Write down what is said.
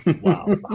Wow